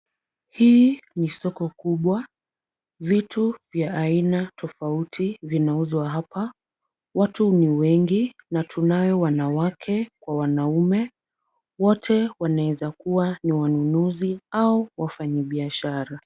Hii ni soko kubwa. Vitu vya aina tofauti vinauzwa hapa. Watu ni wengi na tunayo wanawake kwa wanaume. Wote wanaeza kuwa ni wanunuzi au wafanyibiashara.